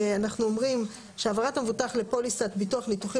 אנחנו אומרים ש"העברת המבוטח לפוליסת ביטוח ניתוחים